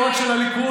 לא רק של הליכוד,